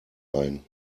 ein